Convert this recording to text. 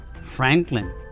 Franklin